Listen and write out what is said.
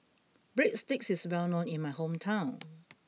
Breadsticks is well known in my hometown